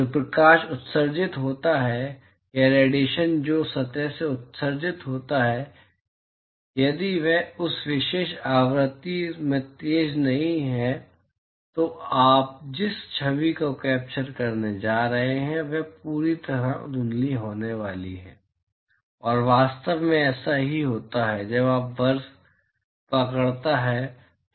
तो जो प्रकाश उत्सर्जित होता है या रेडिएशन जो सतह से उत्सर्जित होता है यदि वह उस विशेष आवृत्ति में तेज नहीं है तो आप जिस छवि को कैप्चर करने जा रहे हैं वह पूरी तरह से धुंधली होने वाली है और वास्तव में ऐसा ही होता है जब आप बर्फ पकड़ता है